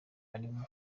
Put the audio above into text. arimo